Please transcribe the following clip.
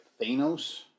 Thanos